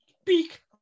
speak